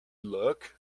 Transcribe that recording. look